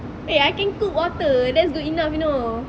eh I can cook water that's good enough you know